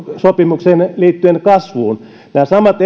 sopimukseen liittyen kasvuun nämä samat